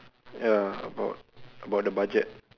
ya about about the budget